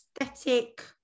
aesthetic